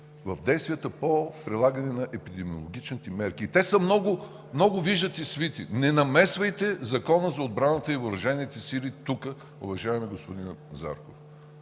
в действията по прилагане на епидемиологичните мерки. И те са много, виждате, свити. Не намесвайте Закона за отбраната и въоръжените сили тук, уважаеми господин Зарков!